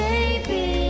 Baby